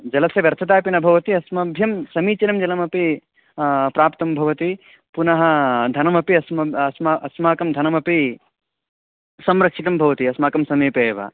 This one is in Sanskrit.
जलस्य व्यर्थता अपि न भवति अस्मभ्यं समीचीनं जलमपि प्राप्तुं भवति पुनः धनमपि अस्माकम् अस्माकम् अस्माकं धनमपि संरक्षितं भवति अस्माकं समीपे एव